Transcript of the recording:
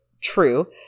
true